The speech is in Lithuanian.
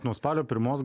nuo spalio pirmos